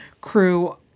crew